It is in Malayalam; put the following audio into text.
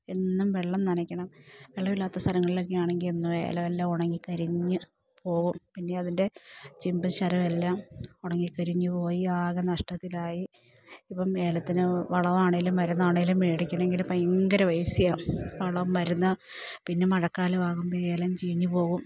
എന്നും വെള്ളം നനക്കണം വെള്ളവില്ലാത്ത സ്ഥലങ്ങളിലക്കെ ആണെങ്കി എന്നും ഏലവെല്ലാം ഒണങ്ങി കരിഞ്ഞ് പോവും പിന്നെ അതിൻ്റെ ചിമ്പ് ശരം എല്ലാം ഉണങ്ങി കരിഞ്ഞുപോയി ആകെ നഷ്ടത്തിലായി ഇപ്പം ഏലത്തിന് വളമാണെങ്കിലും മരുന്നാണെങ്കിലും മേടിക്കണമെങ്കിൽ ഭയങ്കര പൈസയാ വളം മരുന്ന് പിന്നെ മഴക്കാലമാകുമ്പോൾ ഏലം ചീഞ്ഞ് പോകും